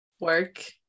work